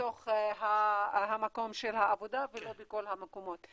בתוך המקום של העבודה ולא בכל המקומות.